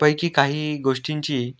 पैकी काही गोष्टींची